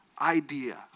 idea